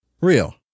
Real